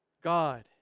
God